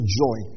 joy